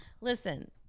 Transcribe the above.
Listen